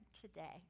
today